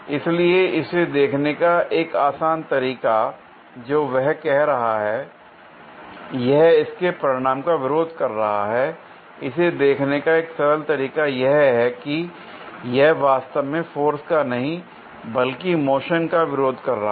इसलिए इसे देखने का एक आसान तरीका जो वह कह रहा है यह इसके परिणामी का विरोध कर रहा है l इसे देखने का एक सरल तरीका यह है कि यह वास्तव में फोर्स का नहीं बल्कि मोशन का विरोध कर रहा है